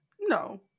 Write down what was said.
no